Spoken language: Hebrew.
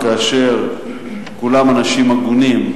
כאשר כולם אנשים הגונים,